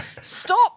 Stop